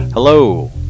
Hello